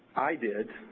i did,